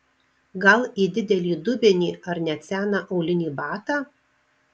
gal į didelį dubenį ar net seną aulinį batą